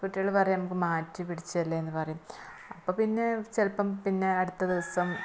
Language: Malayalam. കുട്ടികള് പറയും നമുക്ക് മാറ്റി പിടിച്ചല്ലേന്ന് പറയും അപ്പോള് പിന്നെ ചിലപ്പോള് പിന്നെ അടുത്ത ദിവസം